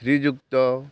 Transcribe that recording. ଶ୍ରୀଯୁକ୍ତ